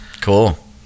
Cool